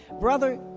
Brother